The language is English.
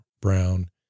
Brown